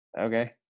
Okay